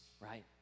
right